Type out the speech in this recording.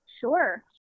Sure